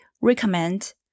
recommend